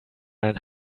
ein